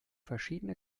verschiedene